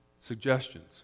Suggestions